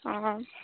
অঁ